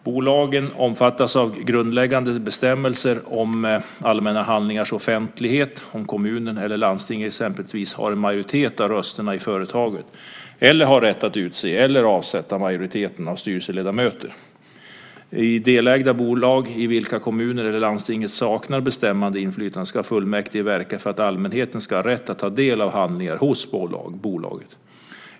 Bolagen omfattas av grundlagens bestämmelser om allmänna handlingars offentlighet om kommunen eller landstinget exempelvis har en majoritet av rösterna i företaget eller har rätt att utse eller avsätta majoriteten av styrelseledamöterna. I delägda bolag i vilka kommunen eller landstinget saknar bestämmande inflytande ska fullmäktige verka för att allmänheten ska ha rätt att ta del av handlingarna hos bolaget.